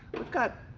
we've got,